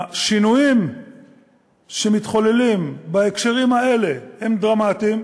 השינויים שמתחוללים בהקשרים האלה הם דרמטיים.